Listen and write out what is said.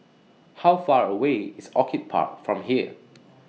How Far away IS Orchid Park from here